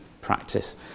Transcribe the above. practice